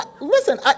listen